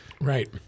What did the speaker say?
right